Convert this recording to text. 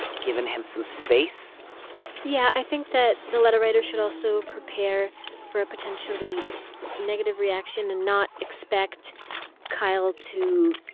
given him some space yeah, i think that the letter writer should also prepare for a potentially negative reaction and not expect kyl to,